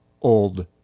old